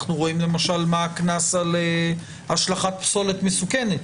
אנחנו רואים למשל מה הקנס על השלכת פסולת מסוכנת.